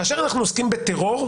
כאשר עוסקים בטרור,